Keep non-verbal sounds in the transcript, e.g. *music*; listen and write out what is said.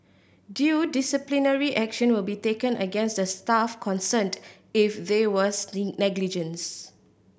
due disciplinary action will be taken against the staff concerned if there was *unintelligible* negligence